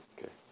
Okay